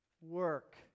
work